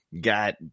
Got